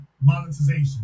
monetization